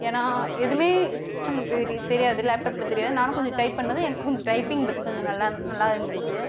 ஏன்னா எதுவுமே சிஸ்டெமில் தெரியாது லேப்டாப்பில் தெரியாது நானும் கொஞ்சம் டைப் பண்ணதும் கொஞ்சம் டைப்பிங் பற்றி கொஞ்சம் நல்லா நல்லா இருந்தது